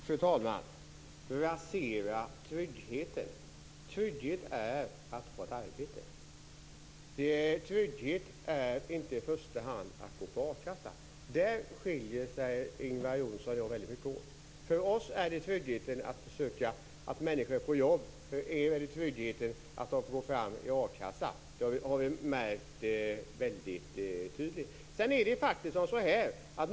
Fru talman! Ingvar Johnsson talar om att rasera tryggheten. Trygghet är att ha ett arbete. Trygghet är inte i första hand att gå på a-kassa. Där skiljer sig Ingvar Johnsson och jag väldigt mycket åt. För oss är trygghet att människor får jobb. För er är trygghet att de får gå på a-kassa. Det har vi märkt väldigt tydligt.